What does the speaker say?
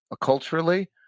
culturally